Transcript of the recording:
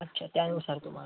अच्छा त्यानुसार तुम्हाला